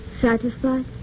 Satisfied